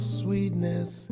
sweetness